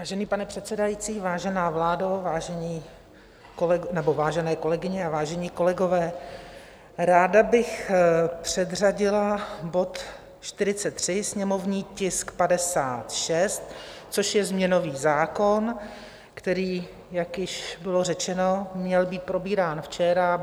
Vážený pane předsedající, vážená vládo, vážené kolegyně a vážení kolegové, ráda bych předřadila bod 43, sněmovní tisk 56, což je změnový zákon, který, jak již bylo řečeno, měl být probírán včera.